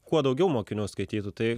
kuo daugiau mokinių skaitytų tai